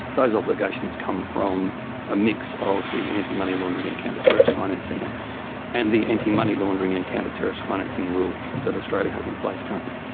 those obligations come from a mix of the anti-money laundering and counter-terrorism financing act and the anti-money laundering and counter-terrorism financing rules that australia has in place currently,